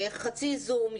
חצי זום,